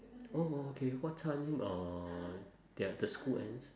oh okay what time uh their the school ends